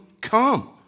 come